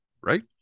right